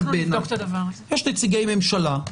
יש נציגי ממשלה,